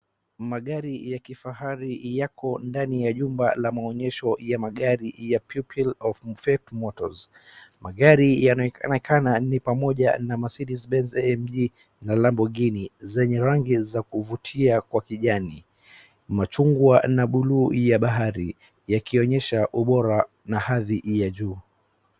Magari ya kifahari yako ndani ya jumba la maonyesho ya magari ya Pupil of fate motors. Magari yanaonekana ni pamoja na Mercede Benz AMG na Larboghini zenye rangi za kuivutia kwa kijani, machungwa na bluu ya bahari yakionyesha ubora na hadhi ya juu.